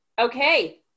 Okay